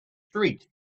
streak